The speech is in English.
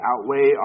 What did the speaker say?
outweigh